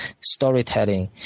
storytelling